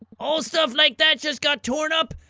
old stuff like that just got torn up,